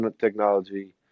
technology